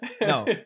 No